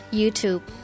YouTube